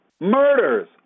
Murders